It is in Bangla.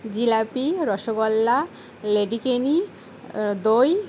জিলাপি রসগোল্লা লেডিকেনি দই